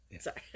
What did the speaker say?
Sorry